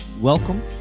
Welcome